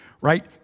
Right